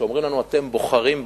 כשאומרים לנו: אתם בוחרים בעוני,